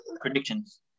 predictions